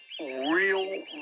real